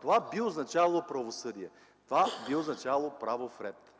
Това би означавало правосъдие, това би означавало правов ред